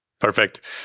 perfect